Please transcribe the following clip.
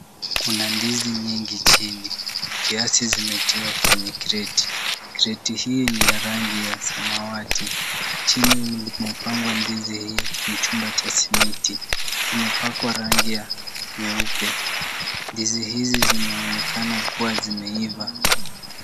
Kuna ndizi nyingi chini. Kiasi zimetiwa kwenye kreti. Kreti hii ni ya samawati, chini mlimopangwa ndizi ni chumba cha simiti, kimepakwa rangi nyeupe .Ndizi hizi zinaonekana kuwa zimeiva.